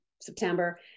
September